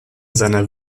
seiner